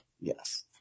Yes